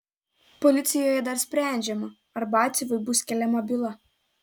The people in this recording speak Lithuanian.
policijoje dar sprendžiama ar batsiuviui bus keliama byla